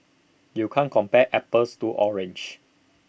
you can't compare apples to oranges